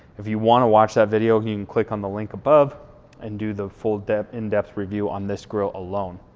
if you wanna watch that video you can click on the link above and do the full depth in depth review on this grill alone.